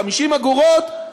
50 אגורות,